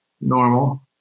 normal